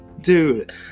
Dude